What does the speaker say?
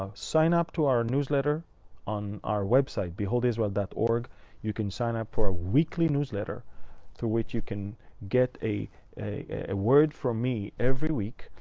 ah sign up to our newsletter on our website, beholdisrael dot org or you can sign up for a weekly newsletter for which you can get a a word from me every week.